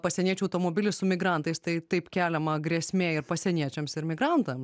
pasieniečių automobilis su migrantais tai taip keliama grėsmė ir pasieniečiams ir migrantams